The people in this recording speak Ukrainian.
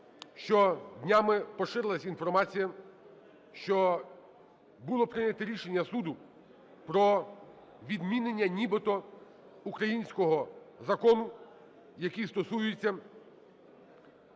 що днями поширилась інформація, що було прийняте рішення суду про відміну нібито українського закону, який стосується